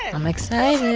i'm excited